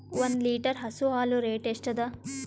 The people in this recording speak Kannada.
ಒಂದ್ ಲೀಟರ್ ಹಸು ಹಾಲ್ ರೇಟ್ ಎಷ್ಟ ಅದ?